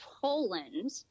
Poland